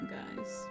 guys